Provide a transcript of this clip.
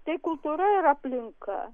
tai kultūra ir aplinka